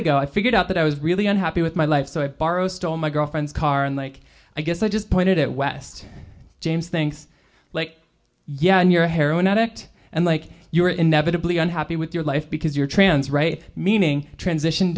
ago i figured out that i was really unhappy with my life so i borrow stole my girlfriend's car and like i guess i just pointed at west james things like yeah you're a heroin addict and like you're inevitably unhappy with your life because you're trans right meaning transition